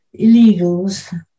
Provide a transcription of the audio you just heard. illegals